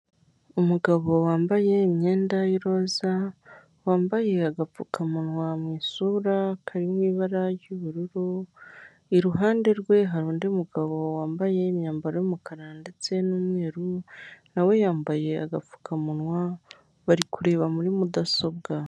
Umugabo wambaye imyenda y'iroza, wambaye agapfukamunwa mu isura kari mu ibara ry'ubururu, iruhande rwe hari undi mugabo wambaye imyambaro y'umukara ndetse n'umweru, nawe yambaye agapfukamunwa bari kureba muri mudasobwa.